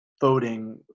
voting